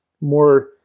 more